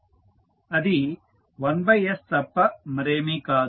అది 1 s తప్ప మరేమీ కాదు